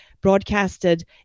broadcasted